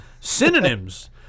Synonyms